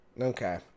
Okay